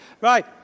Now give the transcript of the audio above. Right